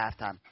halftime